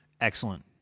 Excellent